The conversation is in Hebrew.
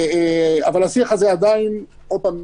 אבל השיח הזה עדיין עוד פעם,